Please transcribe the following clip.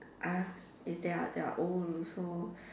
uh if they are they are old also